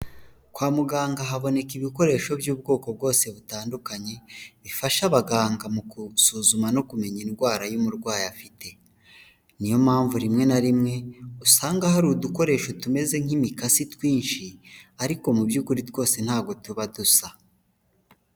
Kwa muganga haboneka ibikoresho by'ubwoko bwose butandukanye bifasha abaganga mu gusuzuma no kumenya indwara y'umurwayi afite niyo mpamvu rimwe na rimwe usanga hari udukoresho tumeze nk'imikasi twinshi ariko mu by'ukuri twose ntabwo tuba dusa.